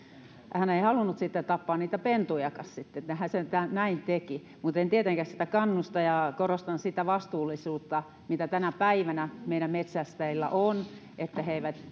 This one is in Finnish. halunnut tappaa niitä pentujakin hän sentään teki näin mutta en tietenkään siihen kannusta ja korostan sitä vastuullisuutta mitä tänä päivänä meidän metsästäjillä on että he eivät